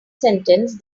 sentence